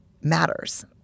matters